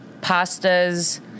pastas